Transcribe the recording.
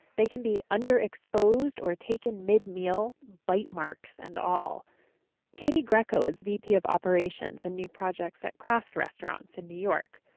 they can be under-exposed, or taken mid-meal, bite marks and all katie grieco is vp of operations and new projects at craft restaurants in new york.